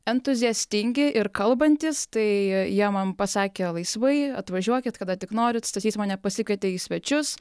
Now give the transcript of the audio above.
entuziastingi ir kalbantys tai jie man pasakė laisvai atvažiuokit kada tik norit stasys mane pasikvietė į svečius